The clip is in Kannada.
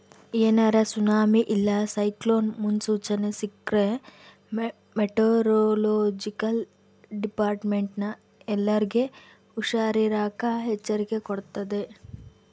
ಏನಾರ ಸುನಾಮಿ ಇಲ್ಲ ಸೈಕ್ಲೋನ್ ಮುನ್ಸೂಚನೆ ಸಿಕ್ರ್ಕ ಮೆಟೆರೊಲೊಜಿಕಲ್ ಡಿಪಾರ್ಟ್ಮೆಂಟ್ನ ಎಲ್ಲರ್ಗೆ ಹುಷಾರಿರಾಕ ಎಚ್ಚರಿಕೆ ಕೊಡ್ತತೆ